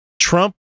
Trump